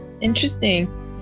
Interesting